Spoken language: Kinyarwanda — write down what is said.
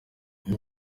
iyo